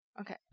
Okay